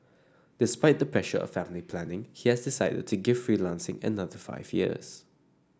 despite the pressure of family planning he has decided to give freelancing another five years